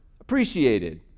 appreciated